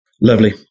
Lovely